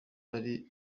ari